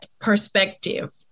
perspective